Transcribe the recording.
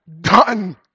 done